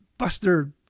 Buster